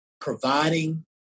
providing